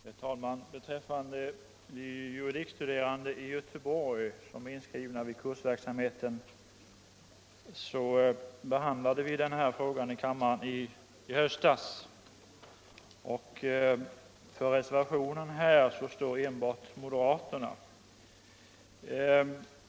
Herr talman! Beträffande de juridikstuderande i Göteborg, som är inskrivna vid Kursverksamheten, så behandlade vi den frågan i kammaren i höstas. För den nu föreliggande reservationen står enbart moderaterna.